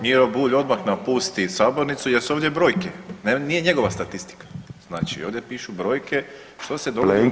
Miro Bulj odmah napusti sabornicu jer su ovdje brojke, nije njegova statistika, znači ovdje pišu brojke što se … [[Govornik se ne razumije]] 2018. i 2019.